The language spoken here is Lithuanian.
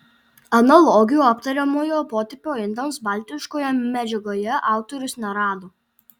analogijų aptariamojo potipio indams baltiškoje medžiagoje autorius nerado